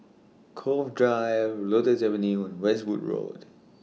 Cove Drive Lotus Avenue and Westwood Road